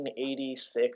1986